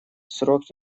срок